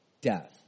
death